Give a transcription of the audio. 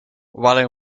wallin